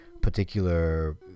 particular